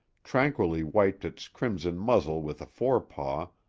tranquilly wiped its crimson muzzle with a forepaw,